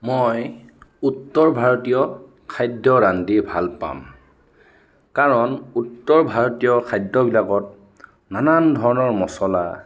মই উত্তৰ ভাৰতীয় খাদ্য ৰান্ধি ভাল পাম কাৰণ উত্তৰ ভাৰতীয় খাদ্যবিলাকত নানান ধৰণৰ মছলা